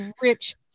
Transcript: Rich